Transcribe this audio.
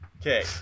Okay